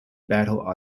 battle